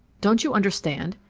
don't you understand?